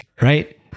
right